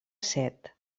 set